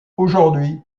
aujourd’hui